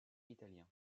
italiens